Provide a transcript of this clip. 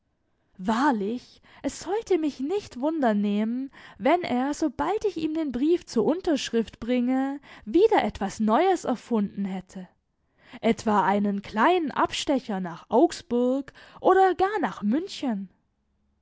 wahrlich es sollte mich nicht wundernehmen wenn er sobald ich ihm den brief zur unterschrift bringe wieder etwas neues erfunden hätte etwa einen kleinen abstecher nach augsburg oder gar nach münchen